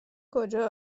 کجا